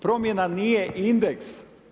Promjena nije indeks.